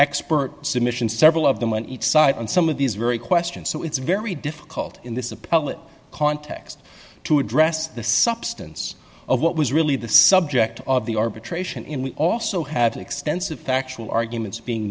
expert submissions several of them on each side and some of these very questions so it's very difficult in this appellate context to address the substance of what was really the subject of the arbitration and we also have extensive factual arguments being